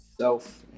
self